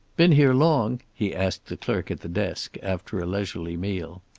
been here long? he asked the clerk at the desk, after a leisurely meal.